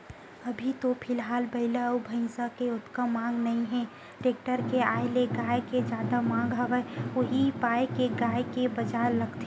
अभी तो फिलहाल बइला अउ भइसा के ओतका मांग नइ हे टेक्टर के आय ले गाय के जादा मांग हवय उही पाय के गाय के बजार लगथे